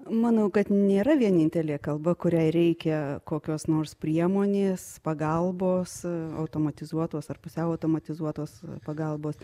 manau kad nėra vienintelė kalba kuriai reikia kokios nors priemonės pagalbos automatizuotos ar pusiau automatizuotos pagalbos